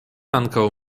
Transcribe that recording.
ankaŭ